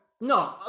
No